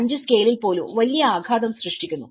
5 scale പോലും വലിയ ആഘാതം സൃഷ്ടിക്കുന്നു